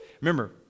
Remember